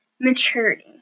maturity